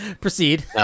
Proceed